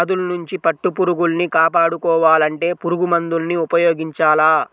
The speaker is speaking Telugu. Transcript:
వ్యాధుల్నించి పట్టుపురుగుల్ని కాపాడుకోవాలంటే పురుగుమందుల్ని ఉపయోగించాల